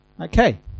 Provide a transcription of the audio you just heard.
Okay